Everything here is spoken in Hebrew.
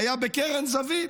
היה בקרן זווית,